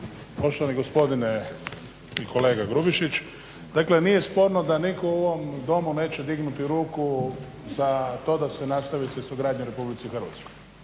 Poštovani gospodine i kolega Grubišić dakle nije sporno da nitko u ovom Domu neće dignuti ruku za to da se nastavi cestogradnja u RH.